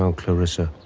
so clarissa.